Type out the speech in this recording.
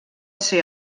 ser